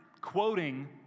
quoting